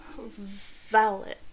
Valet